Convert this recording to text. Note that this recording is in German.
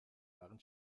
waren